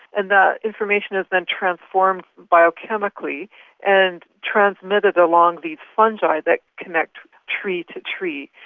and that information is then transformed biochemically and transmitted along these fungi that connect tree to tree.